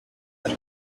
but